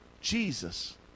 Jesus